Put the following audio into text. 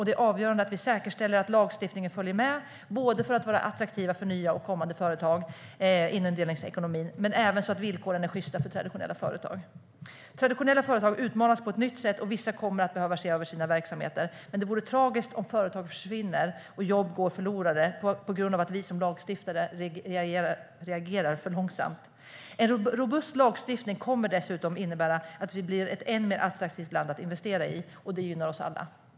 Det är avgörande att vi säkerställer att lagstiftningen följer med för att vi ska vara attraktiva för nya och kommande företag inom delningsekonomin och för att villkoren ska vara sjysta för traditionella företag. Traditionella företag utmanas på ett nytt sätt, och vissa kommer att behöva se över sina verksamheter. Men det vore tragiskt om företag försvinner och jobb går förlorade på grund av att vi som lagstiftare reagerar för långsamt. En robust lagstiftning kommer dessutom att innebära att vi blir ett än mer attraktivt land att investera i, och det gynnar oss alla.